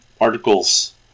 articles